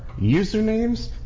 usernames